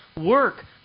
Work